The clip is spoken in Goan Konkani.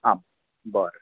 आ बरें